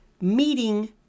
meeting